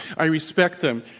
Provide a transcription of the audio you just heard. i respect them.